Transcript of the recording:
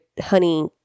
honey